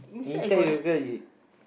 inside the car is